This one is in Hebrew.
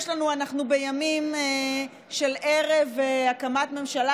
אנחנו בימים של ערב הקמת ממשלה,